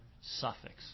suffix